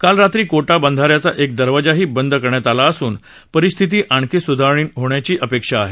काल रात्री कोटा बंधाऱ्याचा एक दरवाजाही बंद करण्यात आला असून परिस्थितीत आणखी स्धारणा होण्याची अपेक्षा आहे